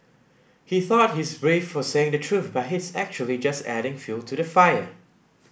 he thought he's brave for saying the truth but he's actually just adding fuel to the fire